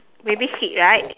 baby seat right